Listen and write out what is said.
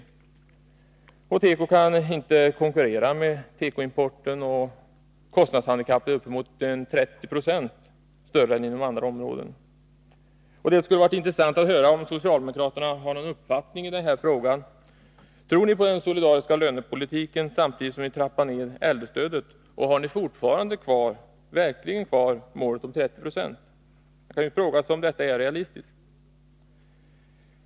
Tekoindustrin kan därför inte konkurrera med tekoimporten. Kostnadshandikappet är uppemot 30 96 större än inom andra områden. Det skulle vara intressant att höra om socialdemokraterna har någon uppfattning i denna fråga. Tror ni på den solidariska lönepolitiken samtidigt som ni trappar ned äldrestödet, och har ni fortfarande verkligen kvar målet om 30 26? Man kan fråga sig om detta är realistiskt.